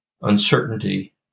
uncertainty